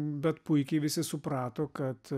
bet puikiai visi suprato kad